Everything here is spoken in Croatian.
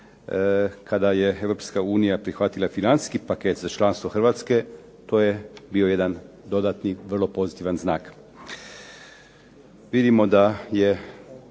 unija prihvatila financijski paket za članstvo Hrvatske to je bio jedan dodatni vrlo pozitivan znak.